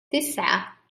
تسعة